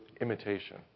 imitation